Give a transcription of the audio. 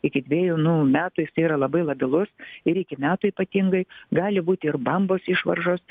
iki dvejų nu metų jis yra labai labilus ir iki metų ypatingai gali būt ir bambos išvaržos